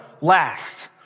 last